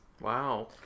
Wow